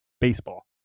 baseball